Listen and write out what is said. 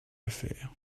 faire